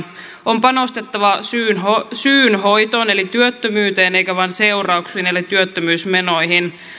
on panostettava syyn syyn hoitoon eli työttömyyteen eikä vain seurauksiin eli työttömyysmenoihin